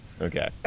okay